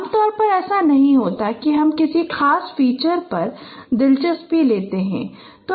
आमतौर पर ऐसा नहीं होता कि हम किसी खास फीचर पर दिलचस्पी लेते है तो